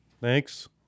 thanks